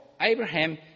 Abraham